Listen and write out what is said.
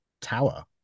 tower